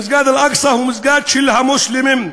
מסגד אל-אקצא הוא המסגד של המוסלמים.